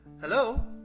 Hello